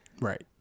Right